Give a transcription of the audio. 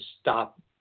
stop